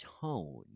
tone